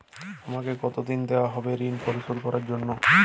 আমাকে কতদিন দেওয়া হবে ৠণ পরিশোধ করার জন্য?